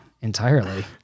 entirely